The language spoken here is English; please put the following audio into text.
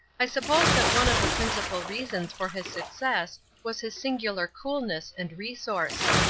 i suppose that one of the principal reasons for his success was his singular coolness and resource.